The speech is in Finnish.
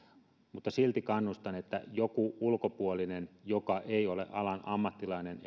mutta silti kannustan että joku ulkopuolinen joka ei ole alan ammattilainen